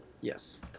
Yes